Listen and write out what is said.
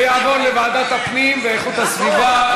זה יעבור לוועדת הפנים והגנת הסביבה,